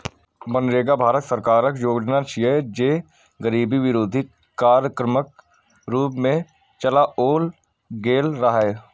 मनरेगा भारत सरकारक योजना छियै, जे गरीबी विरोधी कार्यक्रमक रूप मे चलाओल गेल रहै